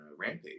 rampage